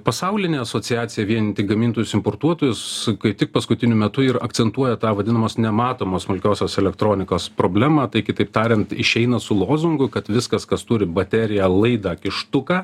pasaulinė asociacija vienijanti gamintojus importuotojus kaip tik paskutiniu metu ir akcentuoja tą vadinamos nematomos smulkiosios elektronikos problemą tai kitaip tariant išeina su lozungu kad viskas kas turi bateriją laidą kištuką